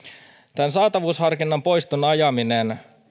tämän saatavuusharkinnan poiston ajaminen